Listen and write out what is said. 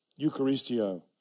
Eucharistio